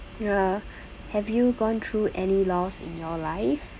ya have you gone through any loss in your life